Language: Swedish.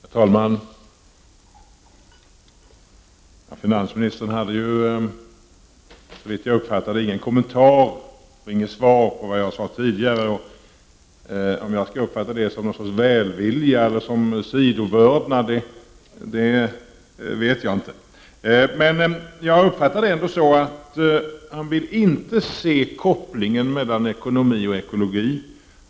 Herr talman! Finansministern hade, såvitt jag uppfattade det, inga kommentarer till det jag sade tidigare. Jag vet inte om jag skall uppfatta det som någon sorts välvilja eller sidovördnad. Men jag uppfattade det ändå som så att Kjell-Olof Feldt inte vill se kopplingen mellan ekonomi och ekologi.